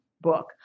book